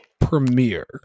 premiere